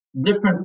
different